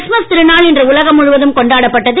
கிறிஸ்துமஸ்திருநாள்இன்றுஉலகம்முழுவதும்கொண்டாடப்பட்டது